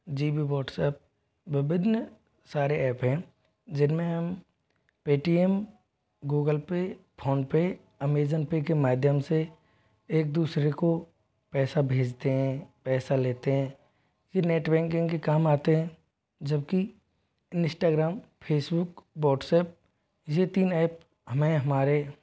जी बी व्हाट्सएप विभिन्न सारे एप हैं जिन में हम Paytm Google Pay PhonePe Amazon Pay के माध्यम से एक दूसरों को पैसा भेजते हैं पैसा लेते हैं फिर नेट बैंकिंग के काम आते हैं जब कि इनइस्टाग्राम फेसबुक व्हाट्सएप ये तीन एप हमें हमारे